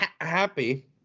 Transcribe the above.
happy